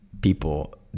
people